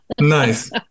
nice